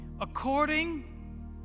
according